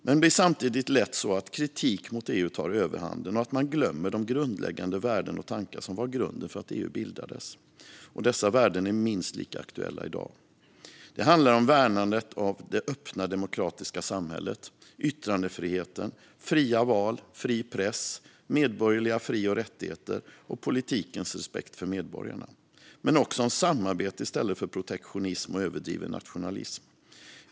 Men det blir samtidigt lätt så att kritik mot EU tar överhanden och att man glömmer de grundläggande värden och tankar som var grunden för att EU bildades. Dessa värden är minst lika aktuella i dag. Det handlar om värnandet av det öppna demokratiska samhället, yttrandefriheten, fria val, fri press, medborgerliga fri och rättigheter och politikens respekt för medborgarna. Men det handlar också om samarbete i stället för protektionism och överdriven nationalism.